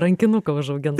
rankinuką užaugins